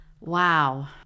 Wow